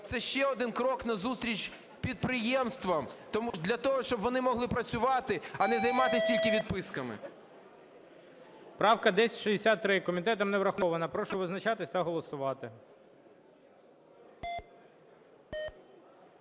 Це ще один крок назустріч підприємствам для того, щоб вони могли працювати, а не займатися тільки відписками. ГОЛОВУЮЧИЙ. Правка 1063 комітетом не врахована. Прошу визначатися та голосувати.